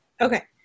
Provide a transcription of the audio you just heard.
Okay